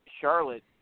Charlotte